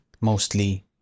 Mostly